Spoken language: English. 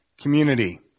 community